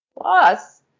plus